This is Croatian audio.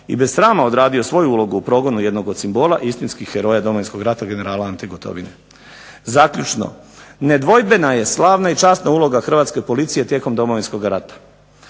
i bez srama odradio svoju ulogu u progonu jednog od simbola istinskih heroja Domovinskog rata generala Ante Gotovine. Zaključno. Nedvojbena je, slavna i časna uloga Hrvatske policije tijekom Domovinskog rata